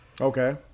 Okay